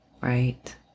right